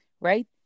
right